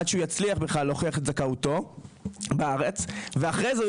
עד שהוא יצליח בכלל להוכיח את זכאותו בארץ ואחרי זה,